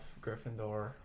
Gryffindor